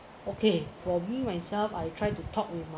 okay for me myself I try to talk with